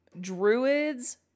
Druids